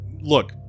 look